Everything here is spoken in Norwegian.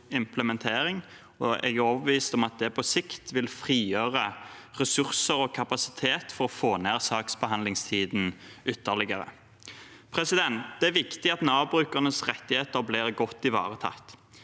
Jeg er overbevist om at det på sikt vil frigjøre ressurser og kapasitet for å få ned saksbehandlingstiden ytterligere. Det er viktig at Nav-brukernes rettigheter blir godt ivaretatt.